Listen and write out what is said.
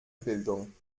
bildung